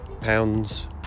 pounds